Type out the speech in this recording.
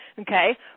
Okay